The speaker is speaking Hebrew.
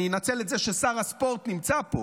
אנצל את זה ששר הספורט נמצא פה